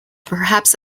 perhaps